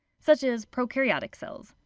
such as prokaryotic cells.